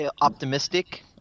optimistic